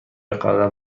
قدم